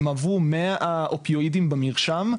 הם עברו מהאופיואידים במרשם,